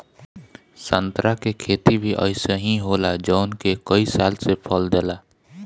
संतरा के खेती भी अइसे ही होला जवन के कई साल से फल देला